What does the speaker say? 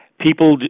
People